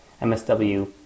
msw